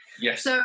Yes